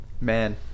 man